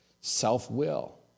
self-will